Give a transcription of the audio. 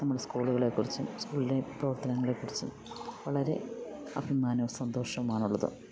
നമ്മുടെ സ്കൂളുകളെ കുറിച്ചും സ്കൂളിൻ്റെ പ്രവർത്തനങ്ങളെ കുറിച്ചും വളരെ അഭിമാനവും സന്തോഷവുമാണ് ഉള്ളത്